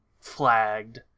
flagged